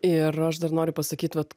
ir aš dar noriu pasakyt vat